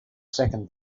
second